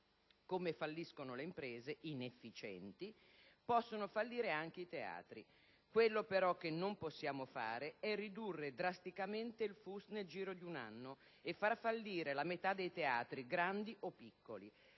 Come falliscono le imprese inefficienti possono fallire anche i teatri. Quello però che non possiamo fare è ridurre drasticamente il FUS nel giro di un anno e far fallire la metà dei teatri, grandi e piccoli.